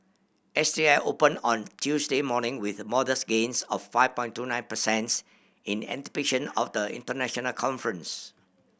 S T I opened on Tuesday morning with modest gains of five point two nine percents in anticipation of the international conference